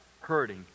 hurting